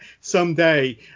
someday